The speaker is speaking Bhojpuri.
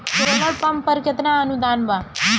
सोलर पंप पर केतना अनुदान बा?